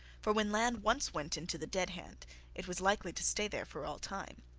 for when land once went into the dead hand it was likely to stay there for all time.